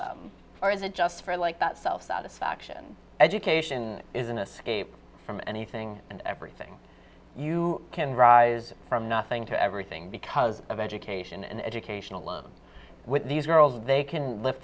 them or is a just for like that self satisfaction education is an escape from anything and everything you can rise from nothing to everything because of education and education alone with these girls they can lift